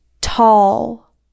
tall